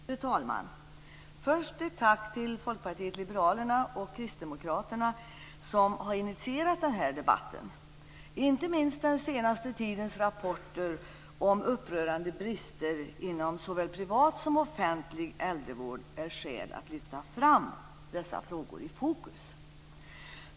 Fru talman! Först ett tack till Folkpartiet liberalerna och Kristdemokraterna som har initierat den här debatten. Inte minst den senaste tidens rapporter om upprörande brister inom såväl privat som offentlig äldrevård är skäl att lyfta fram dessa frågor i fokus.